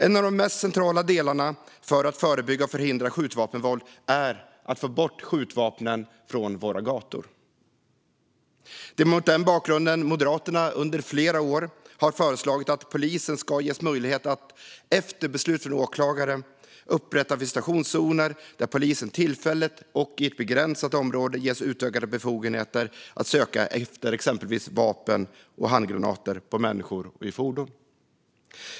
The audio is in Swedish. En av de mest centrala delarna för att förebygga och förhindra skjutvapenvåld är att få bort skjutvapnen från våra gator. Det är mot den bakgrunden Moderaterna under flera år har föreslagit att polisen ska ges möjlighet att, efter beslut från åklagare, upprätta visitationszoner där polisen tillfälligt och i ett begränsat område ges utökade befogenheter att söka efter exempelvis vapen och handgranater på människor och i fordon.